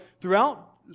throughout